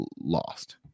lost